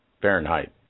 Fahrenheit